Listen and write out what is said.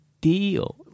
deal